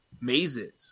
mazes